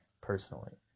personally